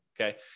okay